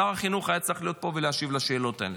שר החינוך היה צריך להיות פה ולהשיב על השאלות האלה.